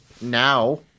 now